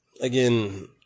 Again